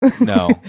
No